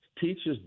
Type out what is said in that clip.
teachers